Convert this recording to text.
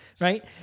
right